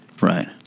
right